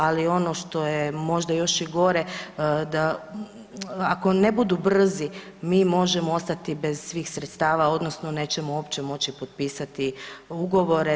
Ali ono što je možda još i gore da ako ne budu brzi mi možemo ostati bez svih sredstava, odnosno nećemo uopće moći potpisati ugovore.